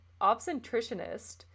obstetricianist